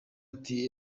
ati